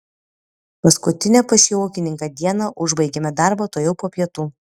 paskutinę pas šį ūkininką dieną užbaigėme darbą tuojau po pietų